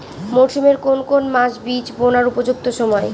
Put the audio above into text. মরসুমের কোন কোন মাস বীজ বোনার উপযুক্ত সময়?